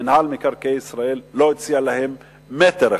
מינהל מקרקעי ישראל לא הציע להם מטר אחד,